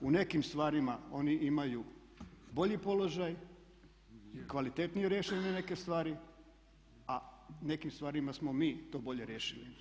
U nekim stvarima oni imaju bolji položaj, kvalitetnije riješene neke stvari, a u nekim stvarima smo mi to bolje riješili.